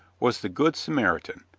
was the good samaritan,